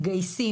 מתגייסים.